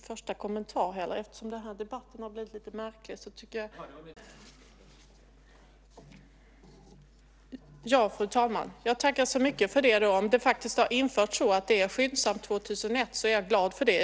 Fru talman! Jag tackar så mycket för det. Om det faktiskt har införts 2001 att det ska ske en skyndsam handläggning så är jag glad för det.